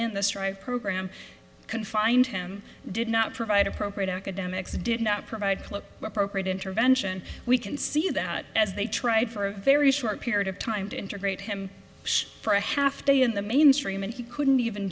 strive program can find him did not provide appropriate academics did not provide appropriate intervention we can see that as they tried for a very short period of time to integrate him for a half day in the mainstream and he couldn't even